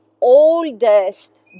oldest